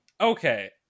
okay